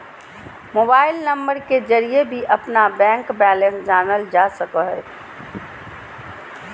mobile number के जरिए भी अपना बैंक बैलेंस जानल जा सको हइ